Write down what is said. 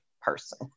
person